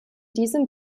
diesem